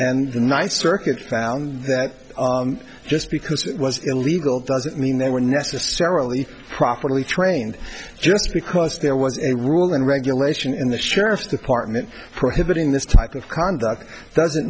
ny circuit found that just because it was illegal doesn't mean they were necessarily properly trained just because there was a rule and regulation in the sheriff's department prohibiting this type of conduct doesn't